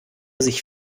sich